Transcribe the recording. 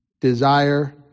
desire